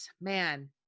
man